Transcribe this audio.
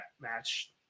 match